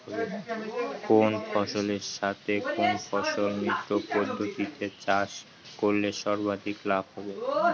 কোন ফসলের সাথে কোন ফসল মিশ্র পদ্ধতিতে চাষ করলে সর্বাধিক লাভ হবে?